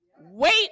wait